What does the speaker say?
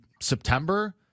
September